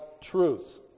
truth